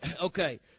okay